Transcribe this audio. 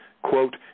Quote